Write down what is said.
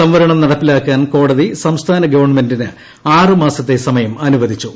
സംവരണം നടപ്പിലാക്കാൻ കോടതി സംസ്ഥാന ഗവൺമെന്റിന് ആറ് മാസത്തെ സമയം അനുവദിച്ചു